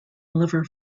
liver